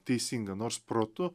teisinga nors protu